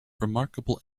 remarkable